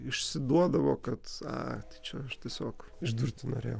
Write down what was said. išsiduodavo kad a tai aš čia tiesiog išdurti norėjau